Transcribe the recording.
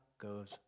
goes